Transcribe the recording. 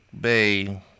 Bay